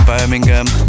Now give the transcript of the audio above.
Birmingham